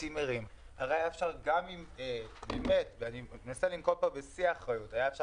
אני מנסה לדבר פה בשיא האחריות היה אפשר